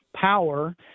power